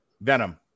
Venom